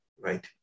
right